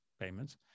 payments